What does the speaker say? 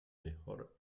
mejor